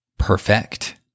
Perfect